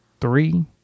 three